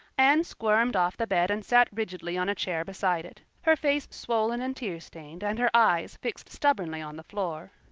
anne squirmed off the bed and sat rigidly on a chair beside it, her face swollen and tear-stained and her eyes fixed stubbornly on the floor.